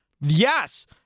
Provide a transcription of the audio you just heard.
Yes